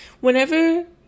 Whenever